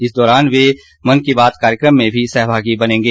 इस दौरान वे वहां मन की बात कार्यक्रम में भी सहभागी बनेंगे